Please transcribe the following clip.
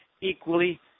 equally